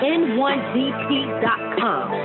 n1dp.com